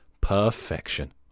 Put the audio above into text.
Perfection